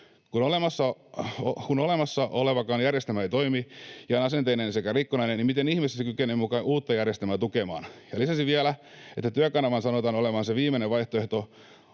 Kun olemassa olevakaan järjestelmä ei toimi ja on asenteellinen sekä rikkonainen, niin miten ihmeessä se kykenee muka uutta järjestelmää tukemaan? Ja lisäisin vielä, että Työkanavan sanotaan olevan se viimeinen vaihtoehto